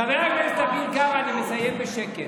חבר הכנסת אביר קארה, אני מסיים בשקט.